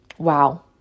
wow